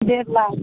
डेढ़ लाख